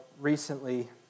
recently